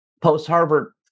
post-Harvard